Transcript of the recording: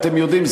אתם יודעים,